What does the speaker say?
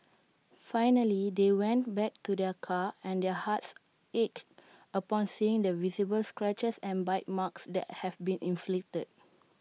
finally they went back to their car and their hearts ached upon seeing the visible scratches and bite marks that have been inflicted